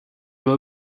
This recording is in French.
doit